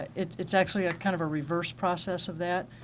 it's it's actually ah kind of a reverse process of that.